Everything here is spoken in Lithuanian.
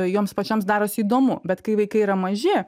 joms pačioms darosi įdomu bet kai vaikai yra maži